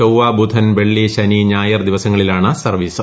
ചൊവ്വ ബുധൻ വെളളി ശനി ഞായർ ദിവസങ്ങളിലാണ് സർവീസ്